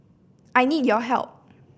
I need your help